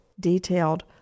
detailed